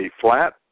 flat